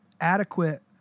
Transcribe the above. adequate